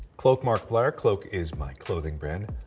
cloak markiplier. cloak is my clothing brand.